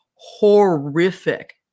horrific